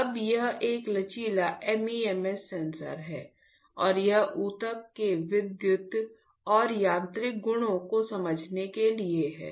अब यह एक लचीला MEMS सेंसर है और यह ऊतक के विद्युत और यांत्रिक गुणों को समझने के लिए है